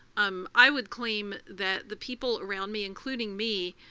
um i would claim that the people around me, including me,